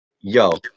Yo